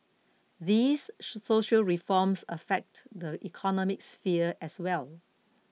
these social reforms affect the economic sphere as well